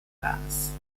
blas